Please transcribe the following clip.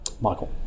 Michael